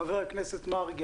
חבר הכנסת מרגי,